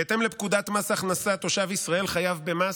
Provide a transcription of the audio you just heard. בהתאם לפקודת מס הכנסה תושב ישראל חייב במס